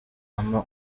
ampa